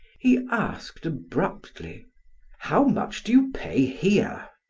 he asked abruptly how much do you pay here?